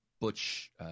Butch –